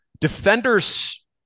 defenders